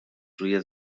روی